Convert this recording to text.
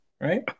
Right